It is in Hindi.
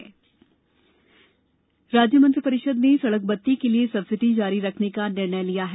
मंत्रि परिषद राज्य मंत्रि परिषद ने सड़क बत्ती के लिए सब्सिडी जारी रखने का निर्णय लिया है